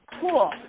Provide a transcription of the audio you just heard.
cool